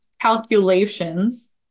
calculations